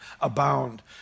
abound